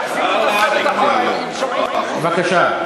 בבקשה.